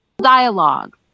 Dialogue